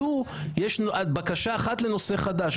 לו יש בקשה אחת לנושא חדש,